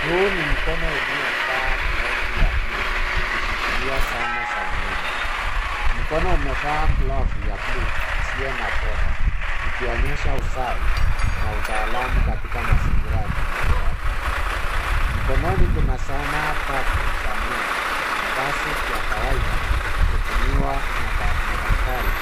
Huu ni mkono uliovaa glavu ya bluu, ikishikilia zana za meno. Mkono umevaa glavu ya bluu, isiyo na poda, ikionyesha usafi, na utaalamu katika mazingira ya kimatibabu. Mkononi kuna zana tatu, za meno, ambazo kwa kawaida, hutumiwa na madaktari